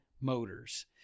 motors